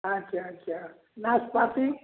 अच्छा अच्छा नाशपाती